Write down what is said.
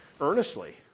earnestly